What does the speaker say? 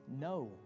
No